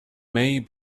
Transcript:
may